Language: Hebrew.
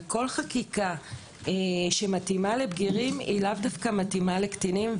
וכל חקיקה שמתאימה לבגירים היא לאו דווקא מתאימה לקטינים,